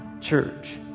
church